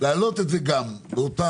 להעלות את זה גם באותם